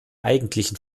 eigentlichen